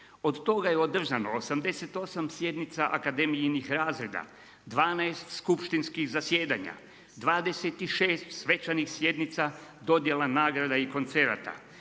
od toga je održano 88 sjednica akademijinih razreda, 12 skupštinskih zasjedanja, 26 svečanih sjednica, dodjela nagrada i koncerata,